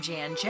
Jan